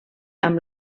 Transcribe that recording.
amb